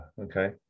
okay